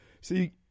see